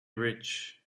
rich